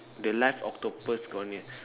the live octopus